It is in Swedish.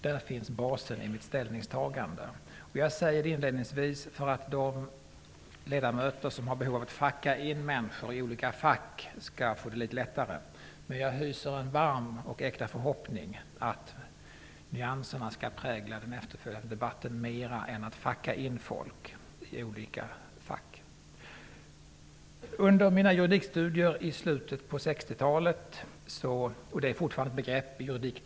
Där finns basen i mitt ställningstagande. Jag säger det inledningsvis för att de ledamöter som har behov av att placera in människor i olika fack skall få det litet lättare. Men jag hyser en varm och äkta förhoppning att nyanserna skall prägla den efterföljande debatten mer än behovet att placera in människor i olika fack. Under mina juridikstudier i slutet av 60-talet pratade man om s.k. lidbommeri.